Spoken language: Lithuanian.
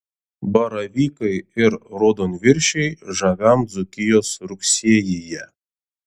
baravykai ir raudonviršiai žaviam dzūkijos rugsėjyje